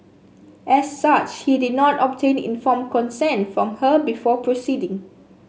as such he did not obtain informed consent from her before proceeding